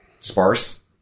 sparse